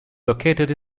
located